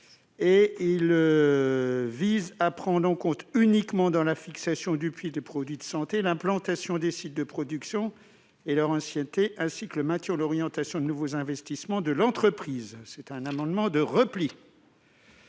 uniquement en compte dans la fixation du prix des produits de santé l'implantation des sites de production et leur ancienneté, ainsi que le maintien ou l'orientation de nouveaux investissements de l'entreprise. L'amendement n° 690